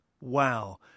wow